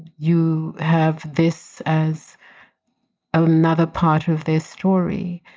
you have this as another part of this story.